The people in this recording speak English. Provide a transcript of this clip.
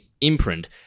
imprint